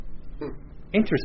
interesting